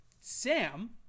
Sam